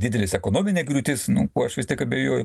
didelis ekonominė griūtis nu kuo aš vis tiek abejoju